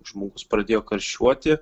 žmogus pradėjo karščiuoti